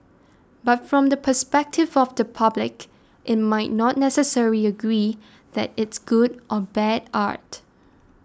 but from the perspective of the public it might not necessarily agree that it's good or bad art